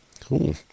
Cool